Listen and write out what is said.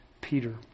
Peter